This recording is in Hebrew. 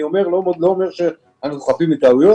אני לא אומר שאנו חפים מטעויות,